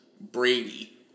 Brady